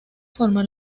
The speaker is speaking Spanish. forma